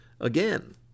again